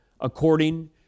according